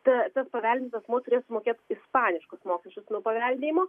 ta tas paveldintis asmuo turės sumokėt mokėtų ispaniškus mokesčius nuo paveldėjimo